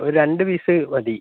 ഒരണ്ട് piece മതി